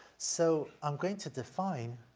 so i'm going to define